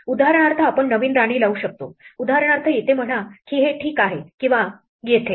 उदाहरणार्थ आपण नवीन राणी लावू शकतो उदाहरणार्थ येथे म्हणा की हे ठीक आहे किंवा येथे